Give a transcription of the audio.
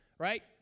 right